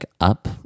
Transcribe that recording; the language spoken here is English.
up